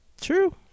True